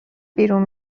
بیرون